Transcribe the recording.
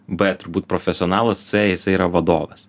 b turbūt profesionalas c jisai yra vadovas